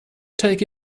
take